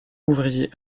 ouvrier